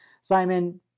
Simon